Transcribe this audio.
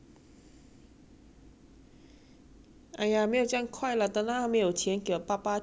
!aiya! 没有这样快 lah 等她没有钱给我爸爸踢出去她才醒来 lor